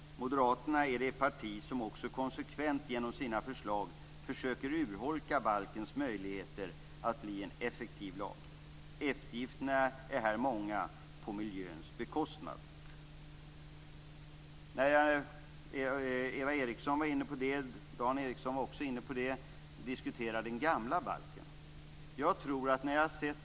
Moderaterna är också det parti som genom sina förslag konsekvent försöker urholka balkens möjligheter att bli en effektiv lag. Eftergifterna är många på miljöns bekostnad. Både Eva Eriksson och Dan Ericsson har tagit upp den gamla balken.